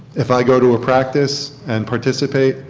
if i go to a practice and participate,